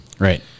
Right